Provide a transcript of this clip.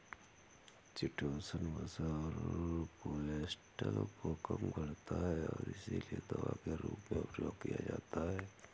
chitosan वसा और cholesterol को कम करता है और इसीलिए दवा के रूप में प्रयोग किया जाता है